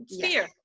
fear